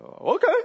okay